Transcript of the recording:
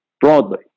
broadly